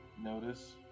notice